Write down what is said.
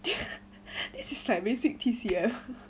this is like basic T_C_M